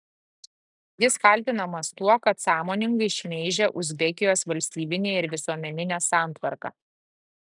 jis kaltinamas tuo kad sąmoningai šmeižė uzbekijos valstybinę ir visuomeninę santvarką